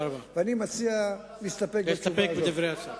אני מציע להסתפק בתשובה הזאת.